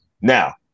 Now